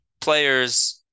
players